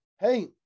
Hey